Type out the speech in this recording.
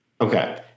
okay